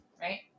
Right